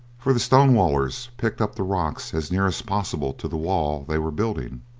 for the stonewallers picked up the rocks as near as possible to the wall they were building,